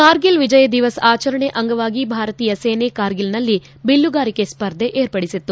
ಕಾರ್ಗಿಲ್ ವಿಜಯ್ ದಿವಸ ಆಚರಣೆ ಅಂಗವಾಗಿ ಭಾರತೀಯ ಸೇನೆ ಕಾರ್ಗಿಲ್ನಲ್ಲಿ ಬಿಲ್ಲುಗಾರಿಕೆ ಸ್ಪರ್ಧೆ ಏರ್ಪಡಿಸಿತ್ತು